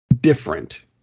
different